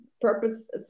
purpose